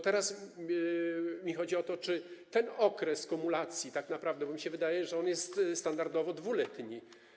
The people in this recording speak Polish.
Teraz chodzi mi o to, czy ten okres kumulacji tak naprawdę... bo mi się wydaje, że on jest standardowo 2-letni.